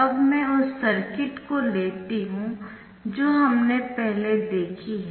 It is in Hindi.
अब मैं उस सर्किट को लेती हूँ जो हमने पहले देखी है